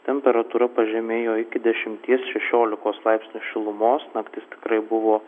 temperatūra pažemėjo iki dešimties šešiolikos laipsnių šilumos naktis tikrai buvo